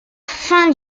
fin